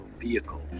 vehicle